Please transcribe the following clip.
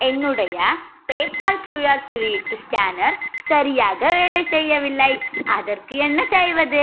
என்னுடைய PayPal QR குறியீட்டு scanner சரியாக வேலை செய்யவில்லை அதற்கு என்ன செய்வது